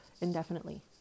indefinitely